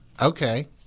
Okay